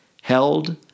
held